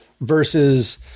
Versus